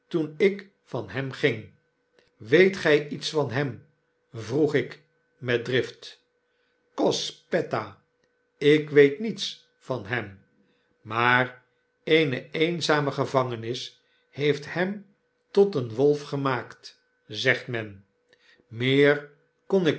toen ik van hem ging weet gy iets van hem vroeg ik met drift cospetta ik weet niets van hem maar die eenzame gevangenis heeft hem tot een wolf gemaakt zegt men meer kon ik